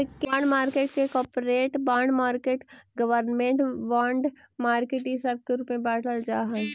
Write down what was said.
bond market के corporate bond market government bond market इ सब के रूप में बाटल जा हई